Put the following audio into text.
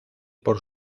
por